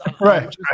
right